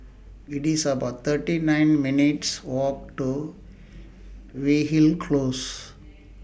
IT IS about thirty nine minutes' Walk to Weyhill Close